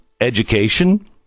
education